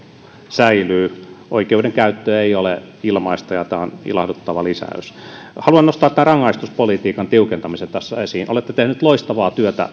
säilyy oikeudenkäyttö ei ole ilmaista ja tämä on ilahduttava lisäys haluan nostaa rangaistuspolitiikan tiukentamisen tässä esiin olette tehnyt loistavaa työtä